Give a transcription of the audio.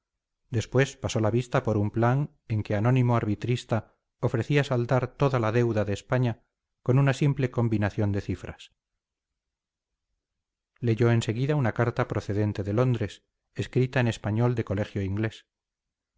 después pasó la vista por un plan en que anónimo arbitrista ofrecía saldar toda la deuda de españa con una simple combinación de cifras leyó en seguida una carta procedente de londres escrita en español de colegio inglés